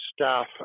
staff